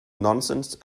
nonsense